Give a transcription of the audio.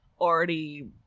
already